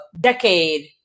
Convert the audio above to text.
decade